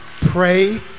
pray